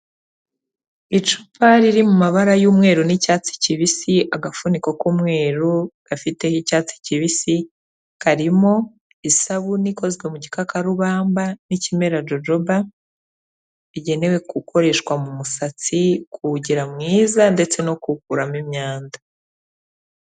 Icupari riri mu mabara y'umweru n'icyatsi kibisi, agafuniko k'umweru gafiteho icyatsi kibisi, karimo isabune ikozwe mu gikakarubamba n'ikimera jojoba, bigenewe gukoreshwa mu musatsi, kuwugira mwiza ndetse no kuwukuramo imyanda.